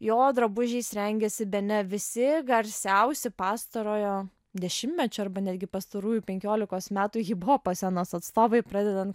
jo drabužiais rengiasi bene visi garsiausi pastarojo dešimtmečio arba netgi pastarųjų penkiolikos metų hiphopo scenos atstovai pradedant